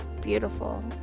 beautiful